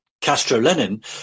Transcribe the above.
Castro-Lenin